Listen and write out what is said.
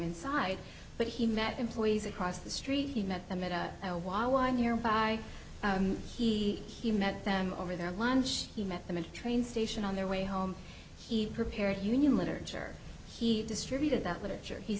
inside but he met employees across the street he met them at a nearby he he met them over their lunch he met them in a train station on their way home he prepared union literature he distributed that literature he